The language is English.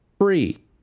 free